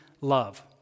love